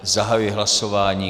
Zahajuji hlasování.